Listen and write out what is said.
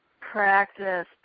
practice